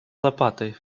лопатой